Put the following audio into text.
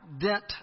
dent